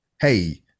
Hey